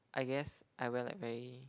I guess I wear like very